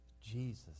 Jesus